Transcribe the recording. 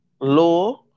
Low